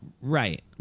Right